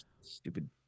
stupid